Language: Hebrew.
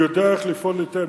הוא יודע איך לפעול היטב.